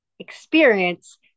experience